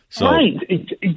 Right